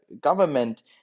government